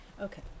Okay